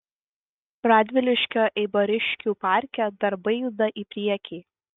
radviliškio eibariškių parke darbai juda į priekį